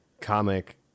comic